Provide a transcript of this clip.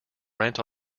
rent